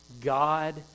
God